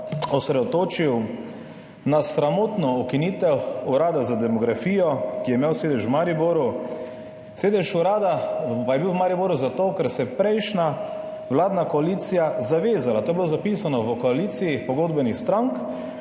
osredotočil na sramotno ukinitev Urada za demografijo, ki je imel sedež v Mariboru. Sedež urada pa je bil v Mariboru zato, ker se je prejšnja vladna koalicija zavezala, to je bilo zapisano v koaliciji pogodbenih strank,